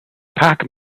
pac